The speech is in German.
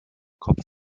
kopf